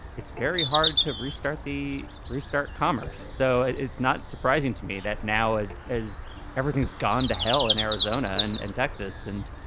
it's very hard to restart the restart commerce. so it's not surprising to me that now as as everything's gone to hell in arizona and and texas and,